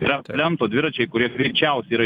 yra plento dviračiai kurie greičiausiai yra